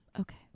Okay